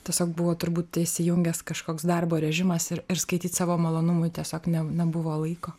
tiesiog buvo turbūt įsijungęs kažkoks darbo režimas ir ir skaityt savo malonumui tiesiog ne nebuvo laiko